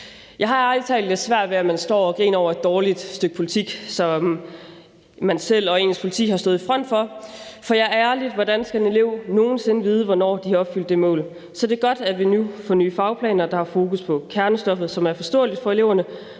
Jeg har ærlig talt lidt svært ved, at man står og griner over et dårligt stykke politik, som man selv og ens parti har stået i front for, ja ærligt, hvordan skal elever nogen sinde vide, hvornår de har opfyldt det mål. Så det er godt, at vi nu får nye fagplaner, og at der er fokus på kernestoffet, som er forståeligt for eleverne